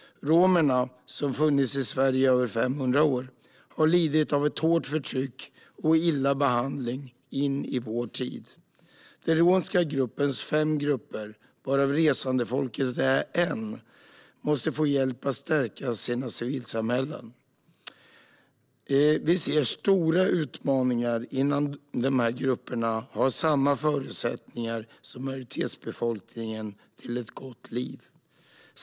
Romerna, som har funnits i Sverige i över 500 år, har lidit av ett hårt förtryck och illa behandling in i vår tid. Romernas fem grupper, varav resandefolket är en, måste få hjälp att stärka sina civilsamhällen. Vi ser att vi har stora utmaningar innan de här grupperna har samma förutsättningar som majoritetsbefolkningen till ett gott liv.